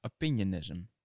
opinionism